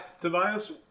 Tobias